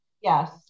Yes